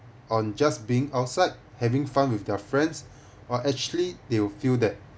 on just been outside having fun with their friends or actually they will feel that